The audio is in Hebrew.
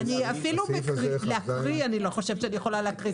אפילו להקריא את הכול, אני לא חושבת שאני יכולה.